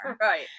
Right